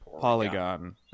Polygon